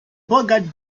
bogart